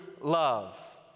love